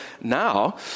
now